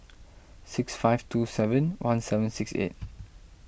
six five two seven one seven six eight